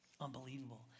Unbelievable